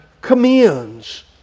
commends